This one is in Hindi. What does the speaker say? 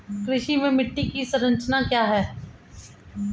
कृषि में मिट्टी की संरचना क्या है?